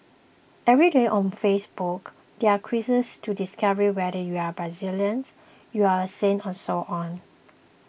every day on Facebook there are quizzes to discover whether you are Brazilian you are a saint and so on